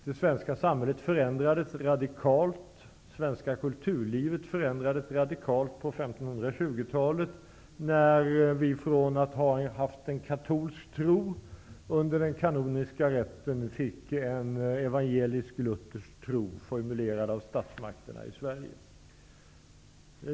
Det svenska samhället och det svenska kulturlivet förändrades radikalt på 1520-talet, då vi från att ha haft en katolsk tro under den kanoniska rätten fick en evangelisk-luthersk tro formulerad av statsmakterna i Sverige.